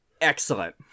excellent